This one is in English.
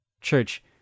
church